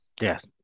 Yes